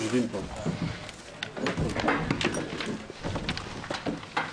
הישיבה ננעלה בשעה 11:40.